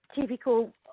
typical